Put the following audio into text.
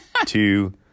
two